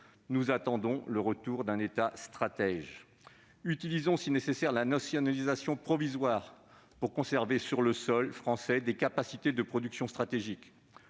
nous attendons le retour d'un État stratège. Utilisons si nécessaire la nationalisation provisoire pour conserver sur le sol français des capacités en matière de production stratégique.